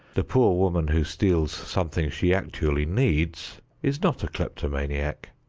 the poor woman who steals something she actually needs is not a kleptomaniac.